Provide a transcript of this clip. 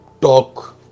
talk